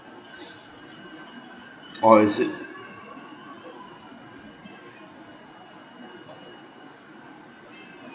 oh is it